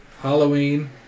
Halloween